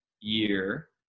year